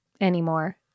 anymore